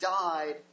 died